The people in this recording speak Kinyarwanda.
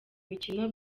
mikino